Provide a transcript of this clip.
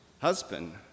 husband